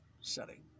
setting